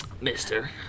Mister